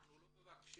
אנחנו לא מבקשים